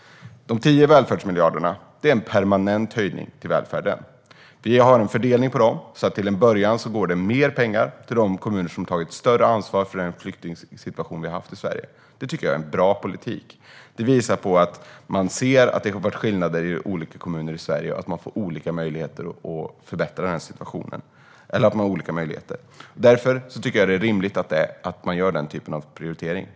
De 10 välfärdsmiljarderna är en permanent höjning till välfärden. Vi har en fördelning på dem, så att det i början går mer pengar till de kommuner som tagit större ansvar för den flyktingsituation vi har haft i Sverige. Det tycker jag är en bra politik. Det visar att man ser att det har varit skillnader mellan olika kommuner i Sverige och att man har olika möjligheter att förbättra situationen. Därför tycker jag att det är rimligt att man gör den typen av prioritering.